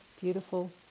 Beautiful